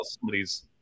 somebody's